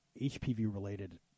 HPV-related